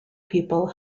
people